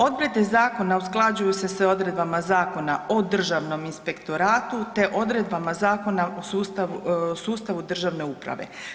Odredbe zakona usklađuju se s odredbama Zakona o državnom inspektoratu te odredbama Zakona o sustavu državne uprave.